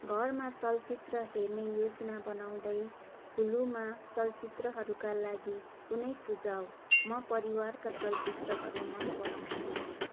घरमा चलचित्र हेर्ने योजना बनाउँदै हुलुमा चलचित्रहरूका लागि कुनै सुझाउ म परिवारका चलचित्रहरू मन पराउँछु